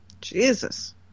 Jesus